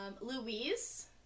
Louise